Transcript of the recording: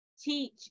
teach